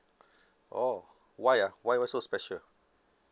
oh why ah why why so special